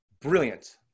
brilliant